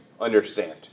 understand